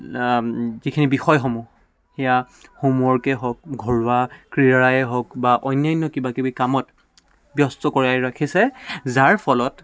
যিখিনি বিষয়সমূহ সেয়া হোমৱৰ্কেই হওক ঘৰুৱা ক্ৰিয়াৰেই হওক বা অন্যান্য কিবাকিবি কামত ব্যস্ত কৰাই ৰাখিছে যাৰ ফলত